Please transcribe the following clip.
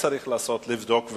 צריך לעשות ולבדוק,